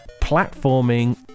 platforming